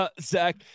Zach